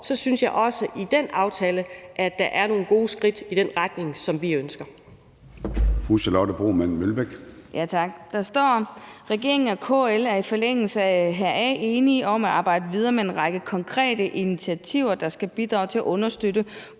kan se, at der i den aftale er nogle gode skridt i den retning, som vi ønsker.